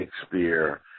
Shakespeare